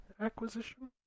acquisition